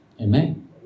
Amen